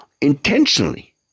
intentionally